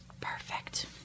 Perfect